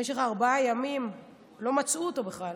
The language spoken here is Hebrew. ובמשך ארבעה ימים לא מצאו אותו בכלל,